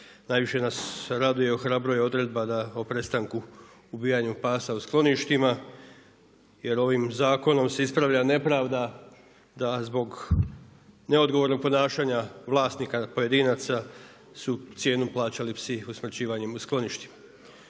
Najviše nas raduje i ohrabruje odredba o prestanku, ubijanju pasa u skloništima jer ovim zakonom se ispravlja nepravda da zbog neodgovornog ponašanja vlasnika, pojedinaca su cijenu plaćali psi usmrćivanjem u skloništima.